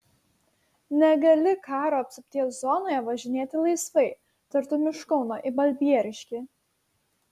negali karo apsupties zonoje važinėti laisvai tartum iš kauno į balbieriškį